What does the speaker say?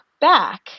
back